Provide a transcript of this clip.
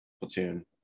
platoon